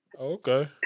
Okay